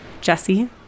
Jesse